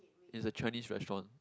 it's a Chinese restaurant